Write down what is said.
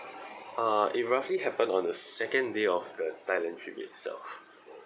uh it roughly happened on the second day of the thailand trip itself